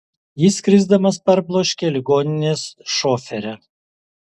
jis krisdamas parbloškė ligoninės šoferę